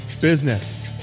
business